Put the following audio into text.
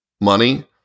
money